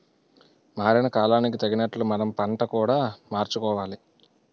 మారిన కాలానికి తగినట్లు మనం పంట కూడా మార్చుకోవాలి